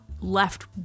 left